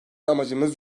amacımız